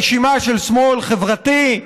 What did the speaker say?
רשימה של שמאל חברתי,